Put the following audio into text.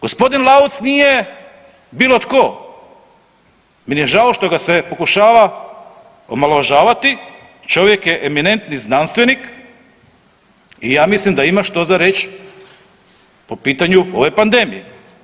Gospodin Lauc nije bilo tko, meni je žao što ga se pokušava omalovažavati, čovjek je eminentni znanstvenik i ja mislim da ima što za reć po pitanju ove pandemije.